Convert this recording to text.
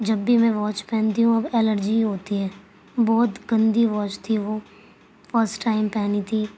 جب بھی میں واچ پہنتی ہوں الرجی ہوتی ہے بہت گندی واچ تھی وہ فرسٹ ٹائم پہنی تھی